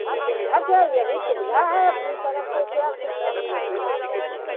हाँ सुविधा क्या यही सुविधा है अपनी तरफ़ से क्या सुविधा मिलेगी वहाँ पर क्या